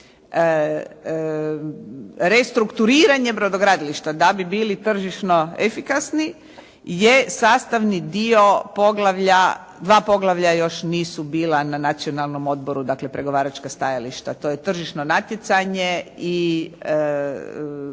Restrukturiranje brodogradilišta da bi bili tržišno efikasni je sastavni dio poglavlja. Dva poglavlja još nisu bila na Nacionalnom odboru. Dakle, pregovaračka stajališta. To je tržišno natjecanje i pravosuđe